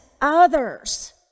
others